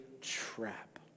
trap